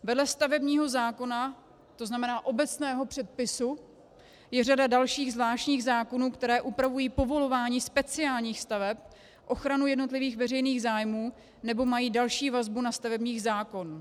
Vedle stavebního zákona, tzn. obecného předpisu, je řada dalších, zvláštních zákonů, které upravují povolování speciálních staveb, ochranu jednotlivých veřejných zájmů nebo mají další vazbu na stavební zákon.